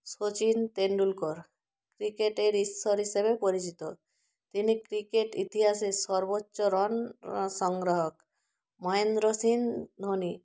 শচিন তেন্ডুলকর ক্রিকেটের ঈশ্বর হিসেবে পরিচিত তিনি ক্রিকেট ইতিহাসের সর্বোচ্চ রান সংগ্রাহক মহেন্দ্র সিং ধোনি